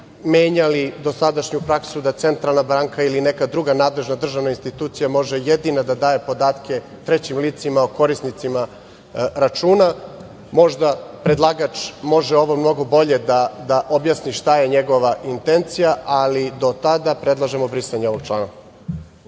menjali dosadašnju praksu da centralna banka ili neka druga nadležna državna institucija može jedina da daje podatke trećim licima o korisnicima računa. Možda predlagač može mnogo bolje da objasni šta je njegova intencija, ali do tada predlažemo brisanje ovog člana.